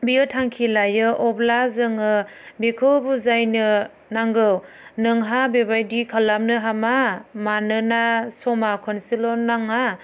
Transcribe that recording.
बियो थांखि लायो अब्ला जोङो बिखौ बुजायनो नांगौ नोंहा बेबायदि खालामनो हामा मानोना समा खनसेल' नाङा